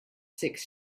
six